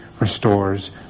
restores